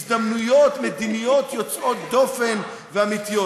הזדמנויות מדיניות יוצאות דופן ואמיתיות.